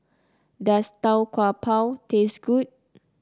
does Tau Kwa Pau taste good